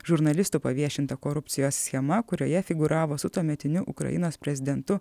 žurnalistų paviešinta korupcijos schema kurioje figūravo su tuometiniu ukrainos prezidentu